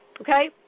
Okay